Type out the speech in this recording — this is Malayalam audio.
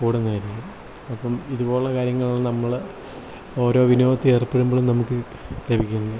കൂടുന്നതായിരിക്കും അപ്പം ഇതുപോലെയുള്ള കാര്യങ്ങൾ നമ്മൾ ഓരോ വിനോദത്തിൽ ഏർപ്പെടുമ്പോഴും നമുക്ക് ലഭിക്കുന്നു